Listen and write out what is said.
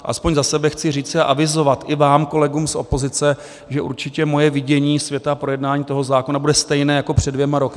Aspoň za sebe chci říct a avizovat i vám kolegům z opozice, že určitě moje vidění světa a projednání toho zákona bude stejné jako před dvěma roky.